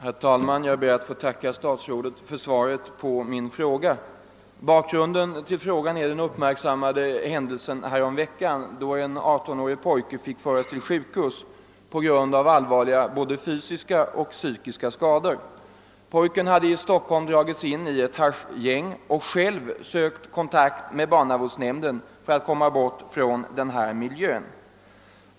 Herr talman! Jag ber att få tacka statsrådet för svaret på min fråga. Bakgrunden till frågan är den upp märksammade händelsen häromveckan då en 18-årig pojke fick föras till sjukhus på grund av allvarliga både fysiska och psykiska skador. Pojken hade i Stockholm dragits in i ett haschgäng och själv sökt kontakt med barnavårdsnämnden för att komma bort från denna miljö.